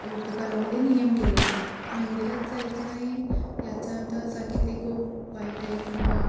ऋतूकालामध्ये नियम केले होते मंदिरात जायचे नाही याचा अर्थ असा की ते खूप वाईट आहे किंवा